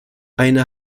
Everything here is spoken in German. eine